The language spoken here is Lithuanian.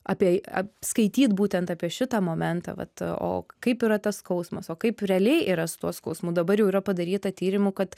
apie skaityt būtent apie šitą momentą vat o kaip yra tas skausmas o kaip realiai yra su tuo skausmu dabar jau yra padaryta tyrimu kad